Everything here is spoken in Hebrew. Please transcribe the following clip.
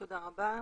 תודה רבה.